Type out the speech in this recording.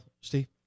Steve